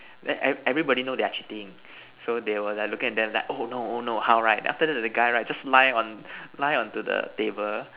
then every everybody know they're cheating so they were like looking at them like oh no oh no how right then after that the guy right just lie on lie on to the table